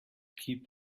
keep